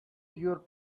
your